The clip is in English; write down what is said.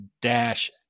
dash